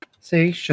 See